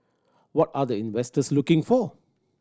what are the investors looking for